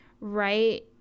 right